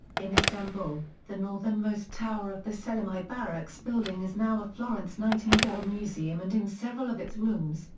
in istanbul, the northernmost tower of the selimiye barracks building is now a florence nightingale museum. and in several of its rooms,